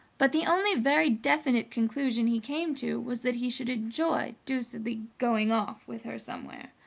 but the only very definite conclusion he came to was that he should enjoy deucedly going off with her somewhere.